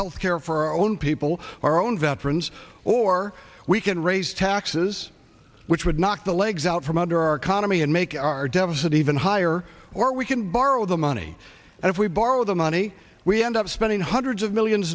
health care for our own people our own veterans or we can raise taxes which would knock the legs out from under our economy and make our deficit even higher or we can borrow the money and if we borrow the money we end up spending hundreds of